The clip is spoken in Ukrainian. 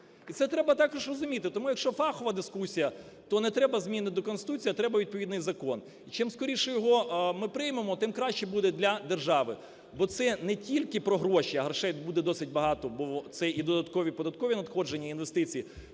І це треба також розуміти. Тому, якщо фахова дискусія, то не треба зміни до Конституції, а треба відповідний закон. Чим скоріше його ми приймемо, тим краще буде для держави, бо це не тільки про гроші, – а грошей буде досить багато, бо це і додаткові податкові надходження, і інвестиції,